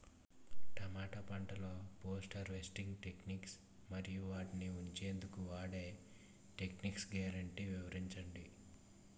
టమాటా పంటలో post harvest techniques మరియు వాటిని ఉంచెందుకు వాడే టెక్నిక్స్ గ్యారంటీ వివరించండి?